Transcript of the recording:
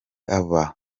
aba